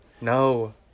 No